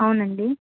అవునండి